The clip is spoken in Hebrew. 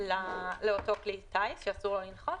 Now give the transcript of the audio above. לאותו כלי טיס שאסור לו לנחות,